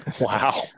Wow